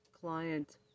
client